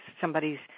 somebody's